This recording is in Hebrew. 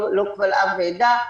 לא קבל עם ועדה,